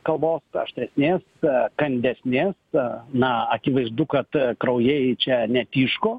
kalbos aštresnės kandesnės na akivaizdu kad kraujai čia netyško